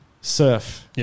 surf